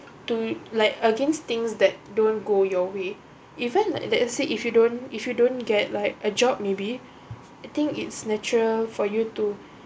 to like against things that don't go your way even like let's say if you don't if you don't get like a job maybe I think it's natural for you to